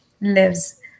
lives